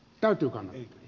no selvä